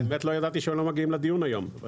לא ידעתי שהם לא מגיעים לדיון היום.